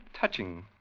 touching